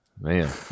Man